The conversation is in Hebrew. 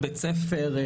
בית ספר,